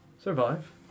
survive